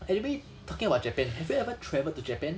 and maybe talking about japan have you ever travelled to japan